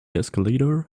escalator